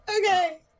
Okay